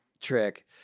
trick